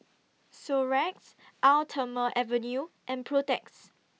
Xorex Eau Thermale Avene and Protex